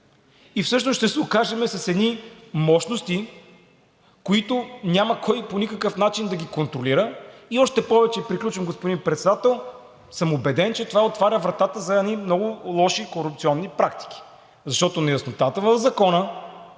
и всъщност ще се окажем с едни мощности, които няма кой по никакъв начин да ги контролира и още повече… Приключвам, господин Председател. …съм убеден, че това отваря вратата за едни много лоши корупционни практики, защото неяснотата в Закона,